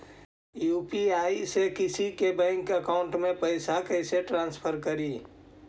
UPI से किसी के बैंक अकाउंट में पैसा कैसे ट्रांसफर करी?